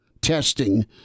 testing